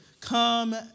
come